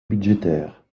budgétaires